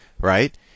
right